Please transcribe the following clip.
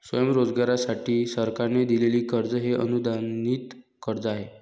स्वयंरोजगारासाठी सरकारने दिलेले कर्ज हे अनुदानित कर्ज आहे